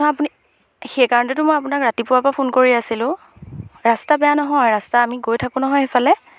নহয় আপুনি সেইকাৰণেতো মই আপোনাক ৰাতিপুৱাৰ পৰা ফোন কৰি আছিলোঁ ৰাস্তা বেয়া নহয় ৰাস্তা আমি গৈ থাকোঁ নহয় সেইফালে